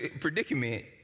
predicament